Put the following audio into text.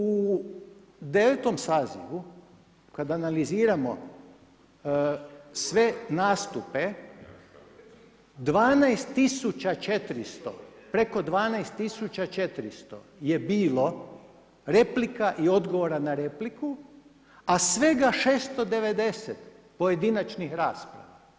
U 9. sazivu kad analiziramo sve nastupe, 12 400, preko 12 400 je bilo replika i odgovora na repliku, a svega 690 pojedinačnih rasprava.